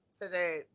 today